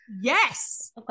Yes